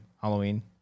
Halloween